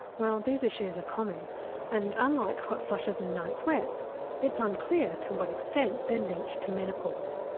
well these issues are common and unlike hot flushes and night sweats it's unclear to what extent they're linked to menopause.